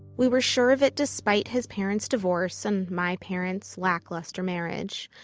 we were sure of it despite his parents' divorce and my parents' lackluster marriage.